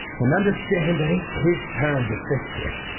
and understand that it's his turn to fix it.